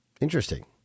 interesting